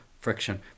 friction